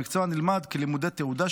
והמקצוע נלמד כלימודי תעודה,